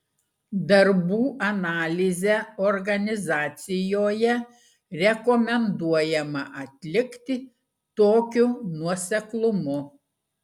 darbų analizę organizacijoje rekomenduojama atlikti tokiu nuoseklumu